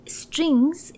strings